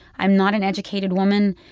i'm not an educated woman.